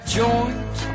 joint